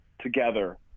together